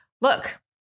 look